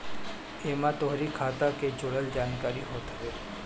एमे तोहरी खाता के जुड़ल जानकारी होत हवे